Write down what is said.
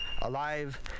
alive